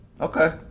Okay